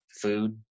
food